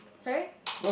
sorry